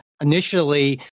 initially